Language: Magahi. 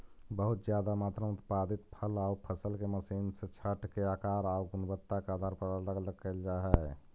बहुत ज्यादा मात्रा में उत्पादित फल आउ फसल के मशीन से छाँटके आकार आउ गुणवत्ता के आधार पर अलग अलग कैल जा हई